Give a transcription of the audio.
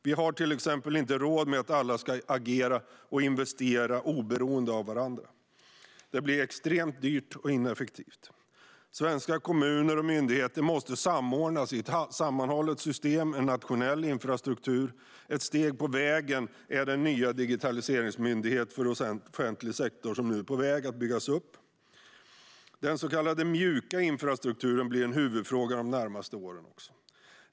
Vi har till exempel inte råd med att alla ska agera och investera oberoende av varandra. Det blir extremt dyrt och ineffektivt. Svenska kommuner och myndigheter måste samordnas i ett sammanhållet system med en nationell infrastruktur. Ett steg på vägen är den nya digitaliseringsmyndighet för offentlig sektor som nu är på väg att byggas upp. Den så kallade mjuka infrastrukturen blir en huvudfråga de närmaste åren.